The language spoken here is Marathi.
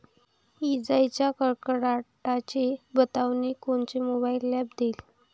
इजाइच्या कडकडाटाची बतावनी कोनचे मोबाईल ॲप देईन?